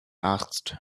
asked